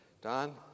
Don